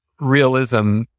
realism